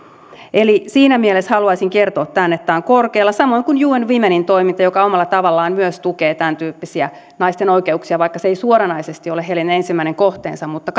eli siinä mielessä haluaisin kertoa tämän että tämä on korkealla samoin kuin un womenin toiminta joka omalla tavallaan myös tukee tämäntyyppisiä naisten oikeuksia vaikka se ei suoranaisesti ole heidän ensimmäinen kohteensa mutta